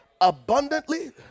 abundantly